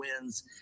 wins